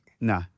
No